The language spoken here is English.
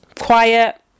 quiet